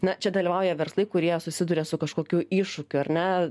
na čia dalyvauja verslai kurie susiduria su kažkokiu iššūkiu ar ne